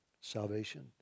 salvation